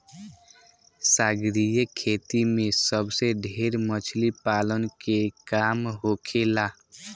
सागरीय खेती में सबसे ढेर मछली पालन के काम होखेला